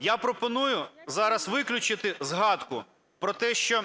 Я пропоную зараз виключити згадку про те, що